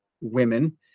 women